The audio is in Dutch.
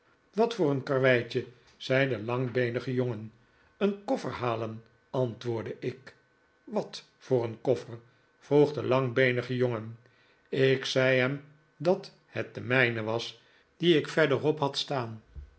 wat voor karweitje zei de langbeenige jongen een koffer halen antwoordde ik wat voor een koffer vroeg de langbeenige jongen ik zei hem dat het de mijne was dien ik verderop had staan